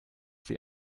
sie